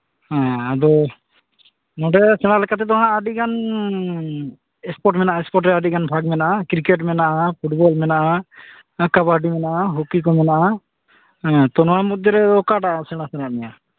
ᱦᱮᱸ ᱟᱫᱚ ᱱᱚᱸᱰᱮ ᱥᱮᱬᱟ ᱞᱮᱠᱟ ᱛᱮᱫᱚ ᱦᱟᱸᱜ ᱟᱹᱰᱤᱜᱟᱱ ᱥᱯᱳᱴ ᱢᱮᱱᱟᱜᱼᱟ ᱮᱥᱯᱳᱴ ᱨᱮᱱᱟᱜ ᱟᱹᱰᱤᱜᱟᱱ ᱵᱷᱟᱜᱽ ᱢᱮᱱᱟᱜᱼᱟ ᱠᱨᱤᱠᱮᱴ ᱢᱮᱱᱟᱜᱼᱟ ᱯᱷᱩᱴᱵᱚᱞ ᱢᱮᱱᱟᱜᱼᱟ ᱠᱟᱵᱟᱰᱤ ᱢᱮᱱᱟᱜᱼᱟ ᱦᱚᱠᱤ ᱠᱚ ᱢᱮᱱᱟᱜᱼᱟ ᱛᱚ ᱚᱱᱟ ᱢᱚᱫᱽᱫᱷᱮ ᱨᱮ ᱚᱠᱟᱴᱟᱜ ᱥᱮᱬᱟ ᱥᱟᱱᱟᱭᱮᱫ ᱢᱮᱭᱟ